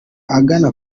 agana